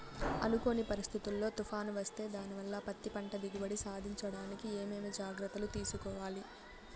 అనుకోని పరిస్థితుల్లో తుఫాను వస్తే దానివల్ల పత్తి పంట దిగుబడి సాధించడానికి ఏమేమి జాగ్రత్తలు తీసుకోవాలి?